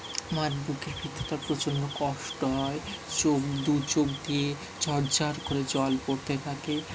আমার বুকের ভেতরটা প্রচণ্ড কষ্ট হয় চোখ দু চোখ দিয়ে চঝড়ঝড় করে জল পড়তে থাকে